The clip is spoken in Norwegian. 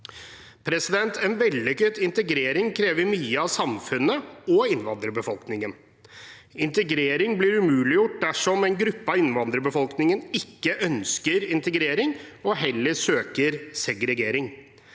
kontrollen. En vellykket integrering krever mye av samfunnet og innvandrerbefolkningen. Integrering blir umuliggjort dersom en gruppe av innvandrerbefolkningen ikke ønsker integrering og heller søker segregering.